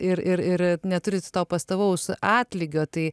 ir ir ir neturit to pastovaus atlygio tai